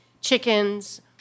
chickens